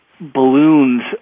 Balloons